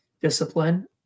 discipline